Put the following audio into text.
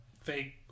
fake